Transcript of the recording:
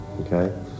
Okay